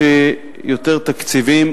יותר תקציבים,